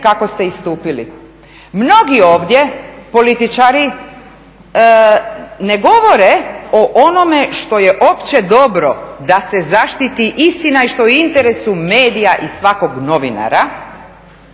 Mnogi ovdje političari ne govore o onome što je opće dobro, da se zaštiti istina i što je u interesu medija i svakog novinara